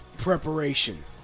Preparation